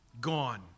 gone